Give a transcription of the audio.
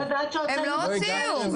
הם לא הוציאו,